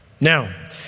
now